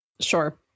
Sure